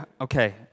Okay